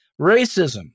Racism